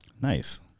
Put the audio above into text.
Nice